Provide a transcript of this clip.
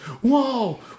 Whoa